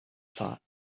thought